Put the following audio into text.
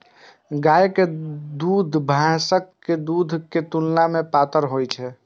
गायक दूध भैंसक दूध के तुलना मे पातर होइ छै